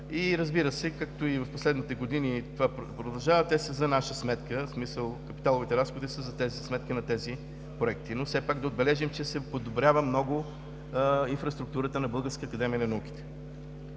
Разбира се, както и в последните години, това продължава. Те са за наша сметка – в смисъл, капиталовите разходи са за сметка на тези проекти, но все пак да отбележим, че се подобрява много инфраструктурата на Българската академия на науките.